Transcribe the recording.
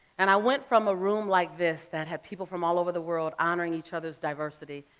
and i went from a room like this that had people from all over the world honoring each other's diversity,